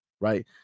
right